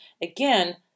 again